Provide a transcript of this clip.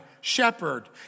shepherd